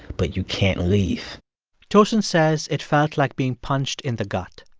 but you can't leave tosin says it felt like being punched in the gut.